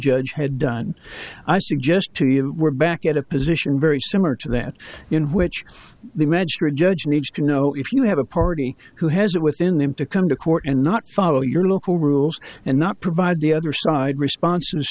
judge had done i suggest to you we're back at a position very similar to that in which the magistrate judge needs to know if you have a party who has it within them to come to court and not follow your local rules and not provide the other side responses